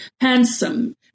handsome